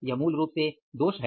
यह मूल रूप से दोष है